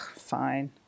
fine